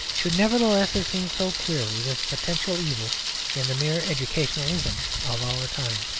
should nevertheless have seen so clearly this potential evil in the mere educationalism of our time